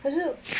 可是